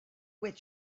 with